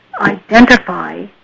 identify